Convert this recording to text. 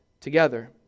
together